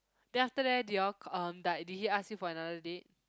then after that do your um like did he ask you for another date